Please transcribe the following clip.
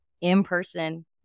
in-person